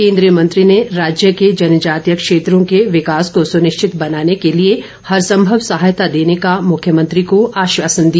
केन्द्रीय मंत्री ने राज्य के जनजातीय क्षेत्रों के विकास को सुनिश्चित बनाने के लिए हर संभव सहायता देने का मुख्यमंत्री को आश्वासन दिया